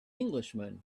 englishman